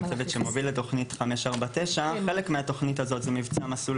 אנחנו מהצוות שמוביל את תוכנית 549. חלק מהתוכנית הזאת זה מבצע "מסלול